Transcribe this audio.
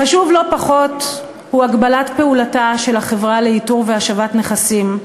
חשובה לא פחות היא הגבלת פעולתה של החברה לאיתור והשבת נכסים,